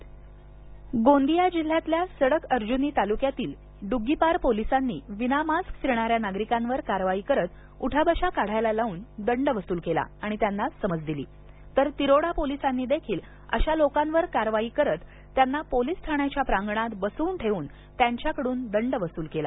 मारुक गोंदिया जिल्ह्यातल्या सडक अर्जुनी तालुक्यातील डुग्गीपार पोलिसांनी विना मास्क फिरणाऱ्या नागरिकांवर कारवाइ करत उठाबशा काढायला लावून दंड वसूल केला आणि त्यांना समज दिली तर तिरोडा पोलिसांनीदेखील अशा लोकांवर कारवाई करत त्यांना पोलिस ठाण्याच्या प्रागंणात बसवून ठेवून त्यांच्याकडून दंड वसूल केला